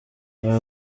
aya